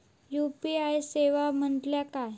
UPI सेवा म्हटल्या काय?